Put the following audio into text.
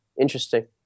Interesting